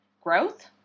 growth